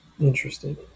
Interesting